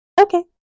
Okay